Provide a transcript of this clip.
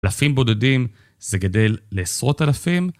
אלפים בודדים זה גדל לעשרות אלפים?